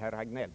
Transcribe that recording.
Jag vill